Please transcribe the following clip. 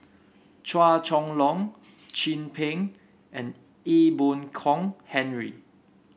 Chua Chong Long Chin Peng and Ee Boon Kong Henry